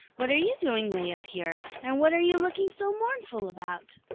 what are you doing way up here, and what are you looking so mournful about?